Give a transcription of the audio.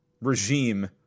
regime